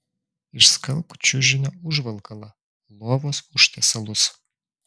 išskalbk čiužinio užvalkalą lovos užtiesalus